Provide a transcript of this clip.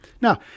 Now